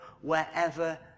wherever